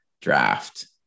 draft